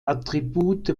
attribute